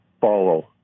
follow